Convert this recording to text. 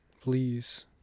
Please